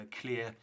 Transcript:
clear